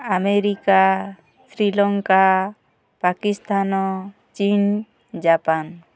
America Sri Lanka Pakistan ଚୀନ Japan